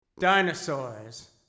Dinosaurs